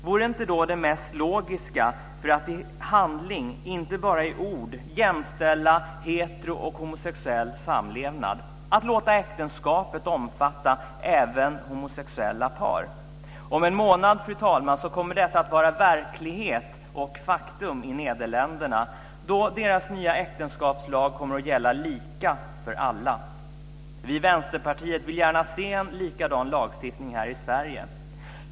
Vore inte då det mest logiska för att i handling och inte bara i ord jämställa hetero och homosexuell samlevnad att låta äktenskapet omfatta även homosexuella par? Om en månad, fru talman, kommer detta att vara verklighet och faktum i Nederländerna, då deras nya äktenskapslag kommer att gälla lika för alla. Vi i Vänsterpartiet vill gärna se en likadan lagstiftning här i Sverige.